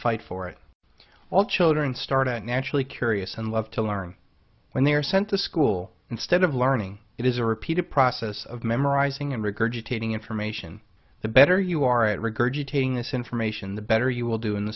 fight for it all children start out naturally curious and love to learn when they are sent to school instead of learning it is a repeated process of memorizing and regurgitating information the better you are at regurgitating this information the better you will do in the